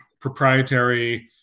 proprietary